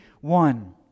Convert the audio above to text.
One